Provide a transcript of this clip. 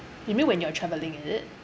you mean when you're traveling is it